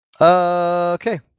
Okay